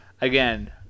again